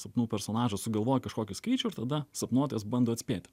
sapnų personažas sugalvoja kažkokį skaičių ir tada sapnuotojas bando atspėti